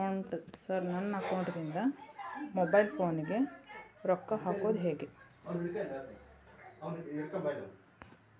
Sir ನನ್ನ ಅಕೌಂಟದಿಂದ mobile ಫೋನಿಗೆ ರೊಕ್ಕ ಹಾಕೋದು ಹೆಂಗ್ರಿ?